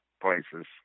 places